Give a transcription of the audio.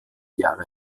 jahre